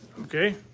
Okay